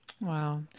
Wow